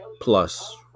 plus